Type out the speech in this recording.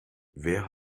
wer